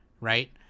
Right